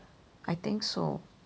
I think so